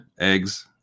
Eggs